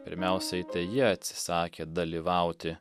pirmiausiai tai jie atsisakė dalyvauti